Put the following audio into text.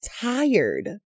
tired